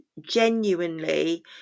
genuinely